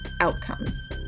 outcomes